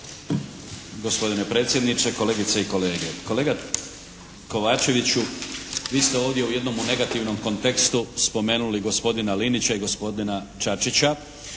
Hvala.